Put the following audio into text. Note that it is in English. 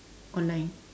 online